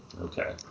Okay